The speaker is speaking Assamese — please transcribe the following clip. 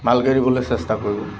ভালকৈ দিবলৈ চেষ্টা কৰিব